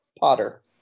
Potter